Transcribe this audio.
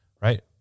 right